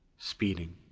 speeding.